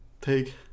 take